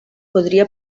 podria